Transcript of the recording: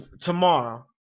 tomorrow